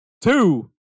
Two